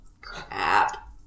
Crap